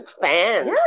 fans